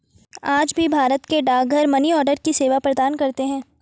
आज भी भारत के डाकघर मनीआर्डर की सेवा प्रदान करते है